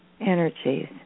energies